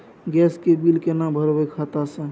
Gas के bill केना भरबै खाता से?